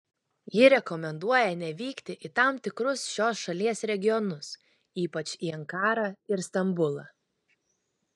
ji rekomenduoja nevykti į tam tikrus šios šalies regionus ypač į ankarą ir stambulą